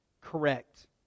correct